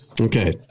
Okay